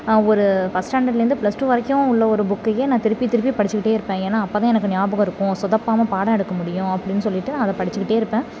ஒரு ஃபஸ்ட் ஸ்டாண்டர்ட்லேந்து plus two வரைக்கும் உள்ள ஒரு புக்கையே நான் திருப்பி திருப்பி படிச்சுக்கிட்டே இருப்பேன் ஏனால் அப்போதான் எனக்கு ஞாபகம் இருக்கும் சொதப்பாமல் பாடம் எடுக்க முடியும் அப்படினு சொல்லிட்டு அதை படிச்சுக்கிட்டே இருப்பேன்